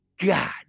God